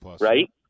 right